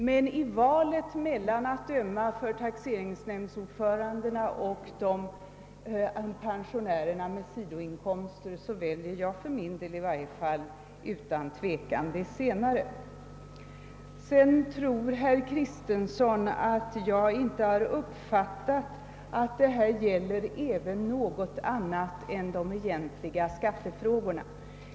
Men i valet mellan att ömma för taxeringsnämndsordförandena och pensionärer med sidoinkomster väljer jag för min del utan tvekan att ömma för de senare. Herr Kristenson tror inte att jag uppfattat att det även gäller något annat än de egentliga skattefrågorna.